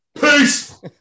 Peace